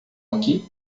aqui